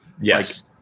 Yes